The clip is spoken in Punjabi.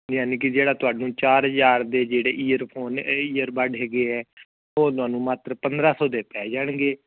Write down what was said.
ਯਾਨੀ ਕਿ ਜਿਹੜਾ ਤੁਹਾਨੂੰ ਚਾਰ ਹਜ਼ਾਰ ਦੇ ਜਿਹੜੇ ਈਅਰਫੋਨ ਈਅਰਬਡ ਹੈਗੇ ਆ ਉਹ ਤੁਹਾਨੂੰ ਮਾਤਰ ਪੰਦਰਾਂ ਸੌ ਦੇ ਪੈ ਜਾਣਗੇ